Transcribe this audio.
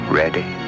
ready